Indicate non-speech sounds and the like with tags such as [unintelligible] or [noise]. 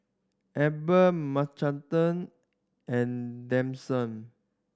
Ebbie [unintelligible] and [unintelligible]